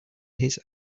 his